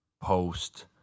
post